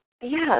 yes